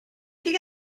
ging